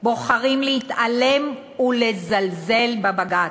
בוחרים להתעלם ולזלזל בבג"ץ,